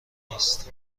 نیست